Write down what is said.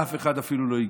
אף אחד אפילו לא הגיע.